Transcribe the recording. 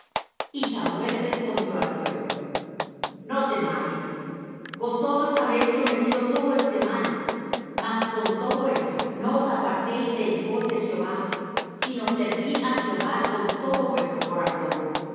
y samuel respondió al pueblo no temáis vosotros habéis cometido todo este mal mas con todo eso no os apartéis de en pos de jehová sino servid á jehová con todo vuestro corazón